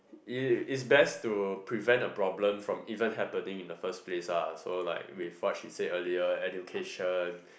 it it's best to prevent a problem from even happening in the first place ah so like with what she said earlier education